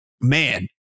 man